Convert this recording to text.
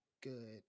good